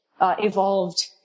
evolved